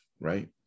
right